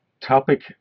topic